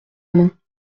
main